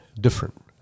different